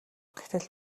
гэтэл